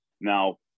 Now